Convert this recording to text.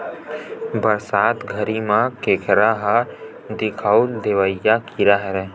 बरसात घरी म केंकरा ह दिखउल देवइया कीरा हरय